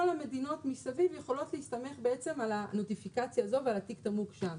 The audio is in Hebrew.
כל המדינות מסביב יכולות להסתמך על הנוטיפיקציה הזו ועל תיק התמרוק שם.